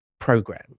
program